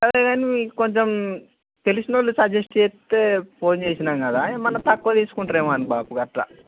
సరేగాని కొంచెం తెలిసినోళ్ళు సజెస్ట్ చేస్తే ఫోన్ చేసినాము కదా ఏమన్నా తక్కువ తీసుకుంటారేమో అని బాపు అట్లా